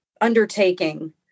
undertaking